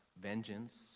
vengeance